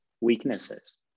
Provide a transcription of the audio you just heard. weaknesses